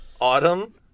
Autumn